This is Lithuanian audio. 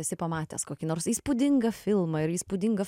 esi pamatęs kokį nors įspūdingą filmą ir įspūdingą